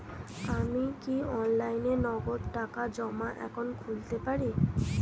আমি কি অনলাইনে নগদ টাকা জমা এখন খুলতে পারি?